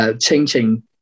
changing